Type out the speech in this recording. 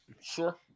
Sure